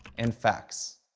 and facts.